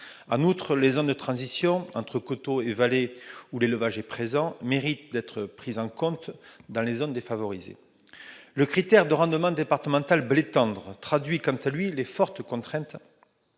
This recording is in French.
En outre, les zones de transition entre coteaux et vallées, où l'élevage est présent, méritent d'être prises en compte dans les zones défavorisées. Le critère de rendement départemental de blé tendre traduit, quant à lui, les fortes contraintes